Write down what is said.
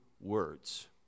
words